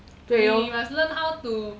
对哦